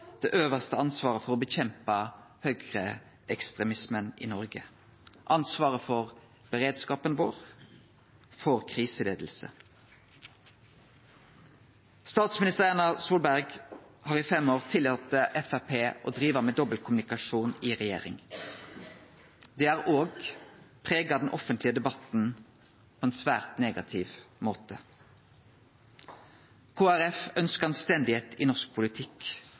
det øvste ansvaret for å kjempe mot høgreekstremismen i Noreg, ansvaret for beredskapen vår, for kriseleiing. Statsminister Erna Solberg har i fem år tillate Framstegspartiet å drive med dobbeltkommunikasjon i regjering. Det har òg prega den offentlege debatten på ein svært negativ måte. Kristeleg Folkeparti ønskjer anstendigheit i norsk politikk